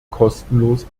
kostenlos